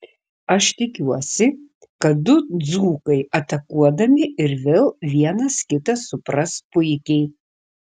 aš tikiuosi kad du dzūkai atakuodami ir vėl vienas kitą supras puikiai